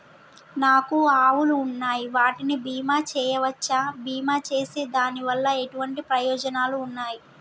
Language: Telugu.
నాకు ఆవులు ఉన్నాయి వాటికి బీమా చెయ్యవచ్చా? బీమా చేస్తే దాని వల్ల ఎటువంటి ప్రయోజనాలు ఉన్నాయి?